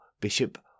Bishop